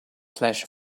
flash